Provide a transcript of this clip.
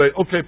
okay